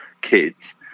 kids